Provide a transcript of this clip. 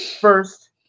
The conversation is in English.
First